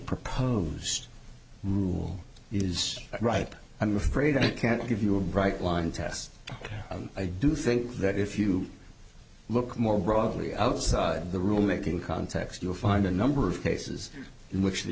proposed rule is ripe i'm afraid i can't give you a bright line test i do think that if you look more broadly outside the rule making context you'll find a number of cases in which the